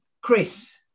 Chris